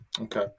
okay